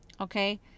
Okay